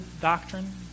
doctrine